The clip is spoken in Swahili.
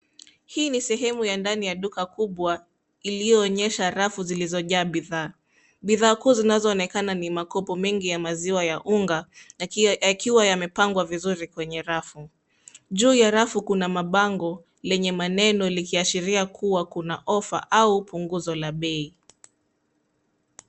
Hii ni sehemu ya ndani ya duka kubwa iliyoonyesha rafu zilizojaa biidhaa. Bidhaa kuu zinazoonekana ni makopo mengi ya maziwa ya unga yakiwa yamepangwa vizuri kwenye rafu. Juu ya rafu kuna mabango lenye maneno likiashiria kuwa kuna offer au punguzo la bei.